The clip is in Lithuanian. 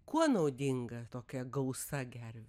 kuo naudinga tokia gausa gervių